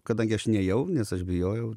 kadangi aš nėjau nes aš bijojau